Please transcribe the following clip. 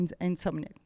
insomnia